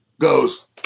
goes